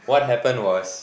what happened was